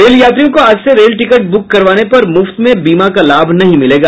rail यात्रियों को आज से रेल टिकट बुक करवाने पर मुफ्त में बीमा का लाभ नहीं मिलेगा